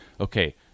okay